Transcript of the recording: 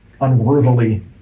unworthily